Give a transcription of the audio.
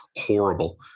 horrible